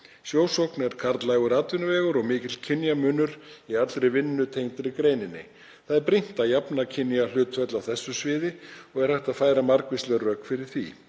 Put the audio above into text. Sjósókn er karllægur atvinnuvegur og mikill kynjamunur í allri vinnu tengdri greininni. Það er brýnt að jafna kynjahlutföllin á þessu sviði og er hægt að færa margvísleg rök fyrir því.